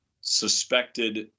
suspected